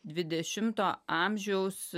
dvidešimto amžiaus